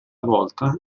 volta